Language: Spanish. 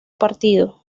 partido